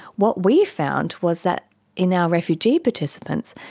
what we found was that in our refugee participants,